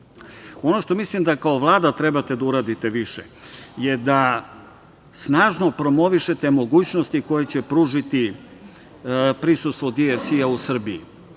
što mislim da kao Vlada trebate da uradite više je da snažno promovišete mogućnosti koje će pružiti prisustvo DFC u Srbiji.